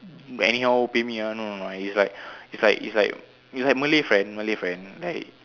anyhow pay me ah no no no and it's like it's like it's like it's like malay friend malay friend like